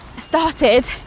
started